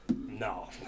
no